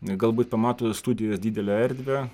galbūt pamato studijos didelę erdvę